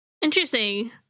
Interesting